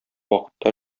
вакытта